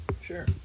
Sure